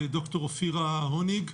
לד"ר אופירה הוניג,